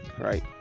right